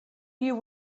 you